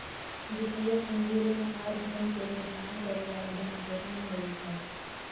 वित्तीय पूंजी ऋण आर धन के निर्माण करे वला धन के अन्य रूप हय